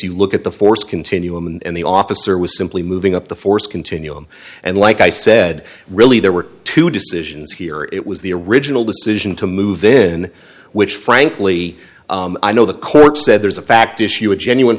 you look at the force continuum and the officer was simply moving up the force continuum and like i said really there were two decisions here it was the original decision to move then which frankly i know the court said there's a fact issue a genuine